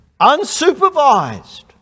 unsupervised